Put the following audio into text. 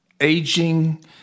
aging